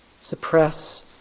suppress